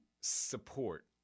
support